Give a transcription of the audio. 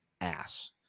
ass